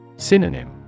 Synonym